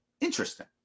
interesting